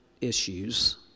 issues